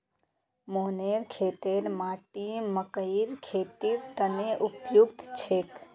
मोहनेर खेतेर माटी मकइर खेतीर तने उपयुक्त छेक